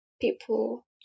people